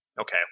okay